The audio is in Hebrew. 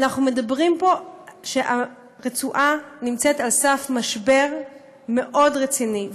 אנחנו מדברים פה על כך שהרצועה נמצאת על סף משבר מאוד רציני.